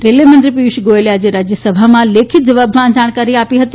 રેલવેમંત્રી પિયુષ ગોયલે આજે રાજ્યસભામાં લેખિત જવાબમાં આ જાણકારી આપી હતી